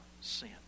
sin